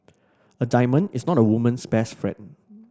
a diamond is not a woman's best friend